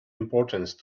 importance